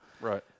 Right